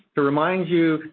to remind you,